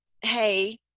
hey